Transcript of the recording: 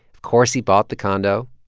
of course he bought the condo.